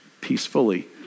peacefully